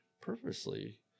purposely